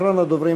אחרון הדוברים,